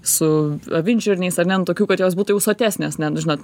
su avinžirniais ar ne nu tokių kad jos būtų jau sotesnės nes žinot